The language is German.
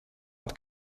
und